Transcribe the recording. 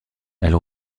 elle